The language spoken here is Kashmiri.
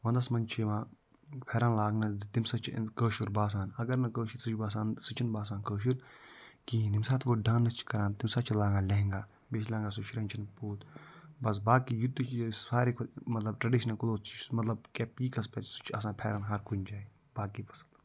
وَنٛدَس منٛز چھِ یِوان پھٮ۪رَن لاگنہٕ تٔمۍ سۭتۍ چھُ کٲشُر باسان اگر نہٕ کٲشِر سُہ چھِ باسان سُہ چھِنہٕ باسان کٲشُر کِہیٖنۍ ییٚمہِ ساتہٕ وٕ ڈانَس چھِ کران تٔمۍ ساتہٕ چھِ لاگان لہنگا بیٚیہِ چھِ لاگان سُہ شروٕنۍ شروٕنۍ پوٗت بَس باقٕے یُتٕے چھِ یہِ سارِوی کھۄتہٕ مطلب ٹریڈِشنَل کُلوتھٕس چھِ سُہ مطلب کیٛاہ پیٖکَس پٮ۪ٹھ سُہ چھِ آسان پھٮ۪رَن ہر کُنہِ جایہِ باقٕے وَسَلَم